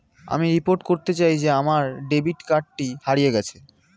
আমি রিপোর্ট করতে চাই যে আমার ডেবিট কার্ডটি হারিয়ে গেছে